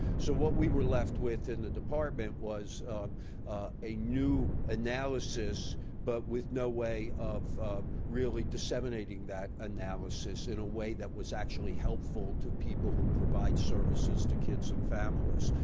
so what we were left with in the department was a new analysis but with no way of really disseminating that analysis in a way that was helpful to people who provide services to kids and families.